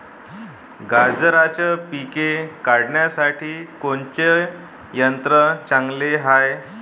गांजराचं पिके काढासाठी कोनचे यंत्र चांगले हाय?